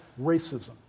racism